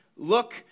Look